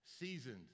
seasoned